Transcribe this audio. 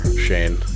shane